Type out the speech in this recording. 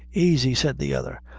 aisey, said the other,